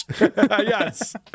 Yes